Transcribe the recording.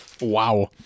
Wow